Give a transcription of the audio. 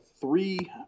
three